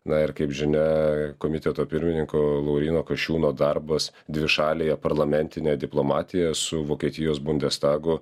na ir kaip žinia komiteto pirmininko lauryno kasčiūno darbas dvišalėje parlamentinė diplomatija su vokietijos bundestagu